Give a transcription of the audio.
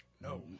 No